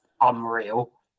Unreal